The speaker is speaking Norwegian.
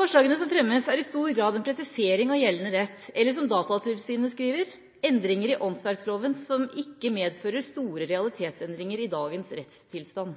Forslagene som fremmes, er i stor grad en presisering av gjeldende rett eller, som Datatilsynet skriver, «endringer i åndsverkloven som ikke medfører store realitetsendringer i dagens rettstilstand».